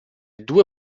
due